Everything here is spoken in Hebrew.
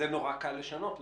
את זה נורא קל לשנות.